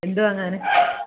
എന്ത് വാങ്ങാൻ